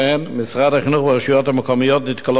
משרד החינוך והרשויות המקומיות נתקלים